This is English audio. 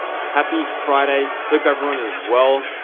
happy friday, hope everyone is well.